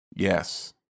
Yes